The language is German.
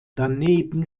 daneben